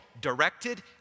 Directed